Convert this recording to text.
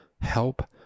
Help